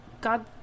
God